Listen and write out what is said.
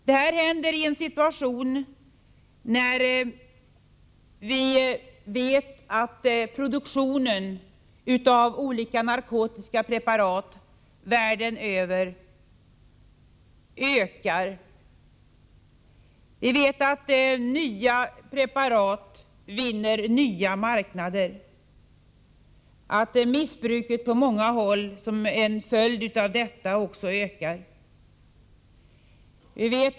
Detta händer i en sitution där vi vet att produktionen av olika narkotiska preparat världen över ökar. Vi vet att nya preparat vinner nya marknader, att missbruket på många håll som en följd härav också ökar.